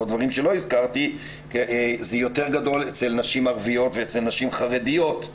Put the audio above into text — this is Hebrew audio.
יותר גדולים אצל נשים ערביות ואצל נשים חרדיות.